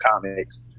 comics